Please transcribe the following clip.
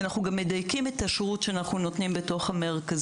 אנחנו גם מדייקים את השירות שאנחנו נותנים במרכזים,